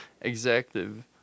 executive